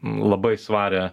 labai svarią